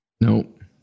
Nope